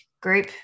group